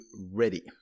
ready